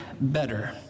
better